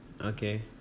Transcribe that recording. Okay